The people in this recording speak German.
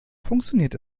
funktioniert